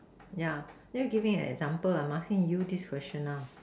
yeah then you give me an example I'm asking you this question now